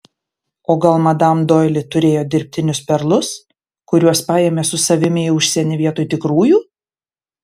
o gal madam doili turėjo dirbtinius perlus kuriuos paėmė su savimi į užsienį vietoj tikrųjų